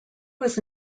was